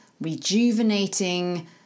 rejuvenating